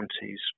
counties